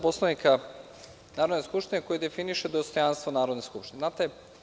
Poslovnika Narodne skupštine, koji definiše dostojanstvo Narodne skupštine.